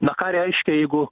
na ką reiškia jeigu